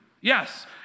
Yes